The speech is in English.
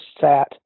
sat